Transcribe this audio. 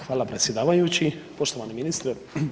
Hvala predsjedavajući, poštovani ministre.